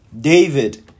David